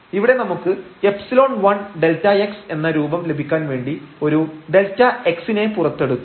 ഇവിടെ നമുക്ക് ϵ1Δx എന്ന രൂപം ലഭിക്കാൻ വേണ്ടി ഒരു Δx നെ പുറത്തെടുത്തു